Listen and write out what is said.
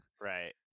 Right